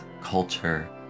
culture